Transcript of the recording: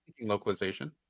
localization